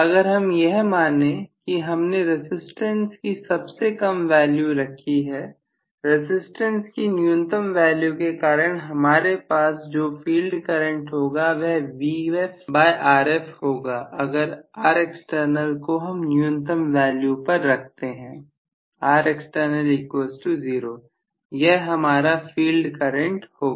अगर हम यह माने कि हमने रसिस्टेंस कि सबसे कम वैल्यू रखी है रसिस्टेंस की न्यूनतम वैल्यू के कारण हमारे पास जो फील्ड करंट होगा वह होगा अगर Rext को हम न्यूनतम वैल्यू पर रखते हैं 0 यह हमारा फील्ड करंट होगा